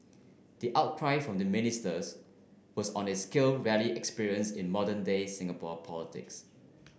the outcry from the ministers was on a scale rarely experienced in modern day Singapore politics